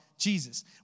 Jesus